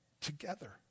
together